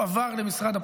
והועבר למשרד הפנים.